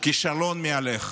הוא כישלון מהלך.